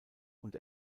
und